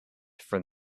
from